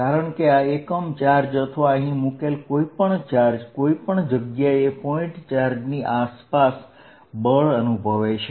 કારણ કે આ એકમ ચાર્જ અથવા અહીં મુકેલ કોઈપણ ચાર્જ કોઈપણ જગ્યાએ પોઈન્ટ ચાર્જની આસપાસ બળ અનુભવે છે